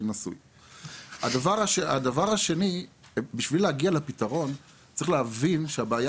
הדבר השני בשביל להגיע לפתרון צריך להבין שהבעיה